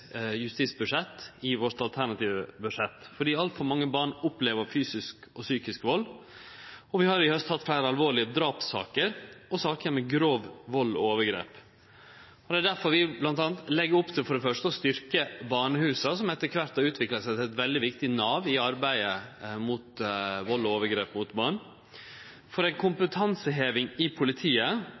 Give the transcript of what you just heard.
i vårt alternative budsjett, fordi altfor mange barn opplever fysisk og psykisk vald, og vi har i haust hatt fleire alvorlege drapssaker og saker med grov vald og overgrep. Det er derfor vi legg opp til for det første å styrkje barnehusa, som etter kvart har utvikla seg til å verte eit veldig viktig nav i arbeidet mot vald og overgrep mot barn. For det andre legg vi opp til ei kompetanseheving i politiet,